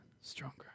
stronger